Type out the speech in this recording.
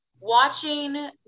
watching